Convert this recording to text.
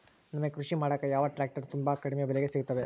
ನಮಗೆ ಕೃಷಿ ಮಾಡಾಕ ಯಾವ ಟ್ರ್ಯಾಕ್ಟರ್ ತುಂಬಾ ಕಡಿಮೆ ಬೆಲೆಗೆ ಸಿಗುತ್ತವೆ?